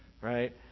right